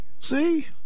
See